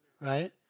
right